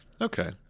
Okay